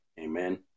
Amen